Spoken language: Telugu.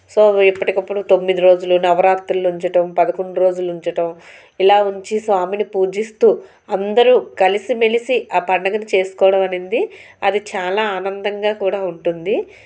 సో ఎ ప్పటికప్పుడు తొమ్మిది రోజులు నవరాత్రులు ఉంచడం పదకొండు రోజులు ఉంచడం ఇలా ఉంచి స్వామిని పూజిస్తూ అందరూ కలిసిమెలిసి ఆ పండుగను చేసుకోవడం అనేది అది చాలా ఆనందంగా కూడా ఉంటుంది